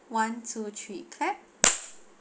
one two three clap